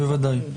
בוודאי.